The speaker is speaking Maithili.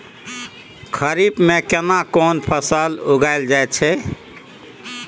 खरीफ में केना कोन फसल उगायल जायत छै?